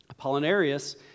Apollinarius